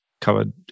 covered